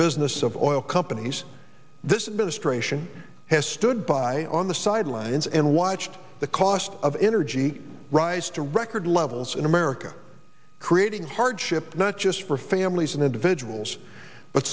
business of oil companies this is ministration has stood by on the sidelines and watched the cost of energy rise to record levels in america creating hardship not just for families and individuals but